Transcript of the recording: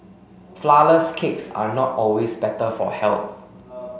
flourless cakes are not always better for health